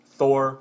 Thor